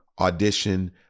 audition